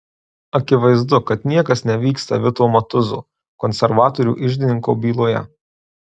akivaizdu kad niekas nevyksta vito matuzo konservatorių iždininko byloje